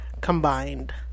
Combined